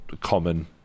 common